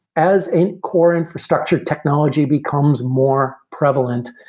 as a core infrastructure technology becomes more prevalent,